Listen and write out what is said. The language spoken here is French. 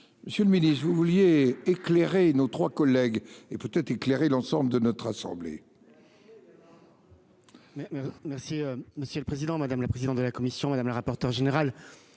Monsieur le Ministre, vous vouliez éclairer nos 3 collègues et peut-être éclairer l'ensemble de notre assemblée.